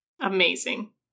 Amazing